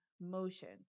motion